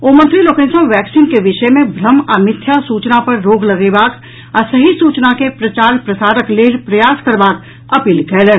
ओ मंत्री लोकनि सॅ वैक्सीन के विषय मे भ्रम आ मिथ्या सूचना पर रोक लगेबाक आ सही सूचना के प्रचार प्रसारक लेल प्रयास करबाक अपील कयलनि